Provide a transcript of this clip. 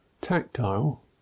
tactile